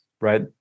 Right